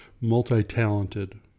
multi-talented